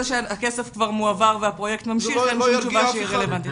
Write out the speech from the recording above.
מזה שהכסף מועבר והפרויקט ממשיך אין שום תשובה שהיא רלבנטית.